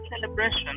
celebration